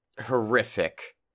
horrific